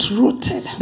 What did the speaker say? rooted